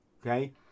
Okay